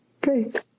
great